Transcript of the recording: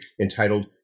entitled